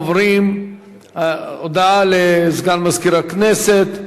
הודעה לסגן מזכירת הכנסת,